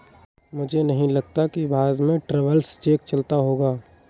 मुझे नहीं लगता कि भारत में भी ट्रैवलर्स चेक चलता होगा